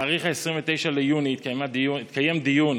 בתאריך 29 ביוני התקיים דיון